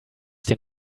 den